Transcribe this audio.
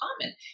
common